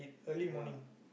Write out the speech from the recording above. ya